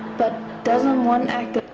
but doesn't one act,